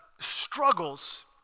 struggles